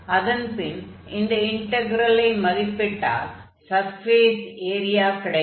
அதன் பின் இந்த இன்டக்ரெலை மதிப்பிட்டால் சர்ஃபேஸ் ஏரிய கிடைக்கும்